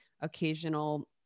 occasional